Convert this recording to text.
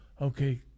okay